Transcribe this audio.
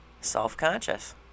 Self-conscious